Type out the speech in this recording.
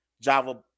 Java